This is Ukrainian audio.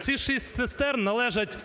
Ці шість цистерн належать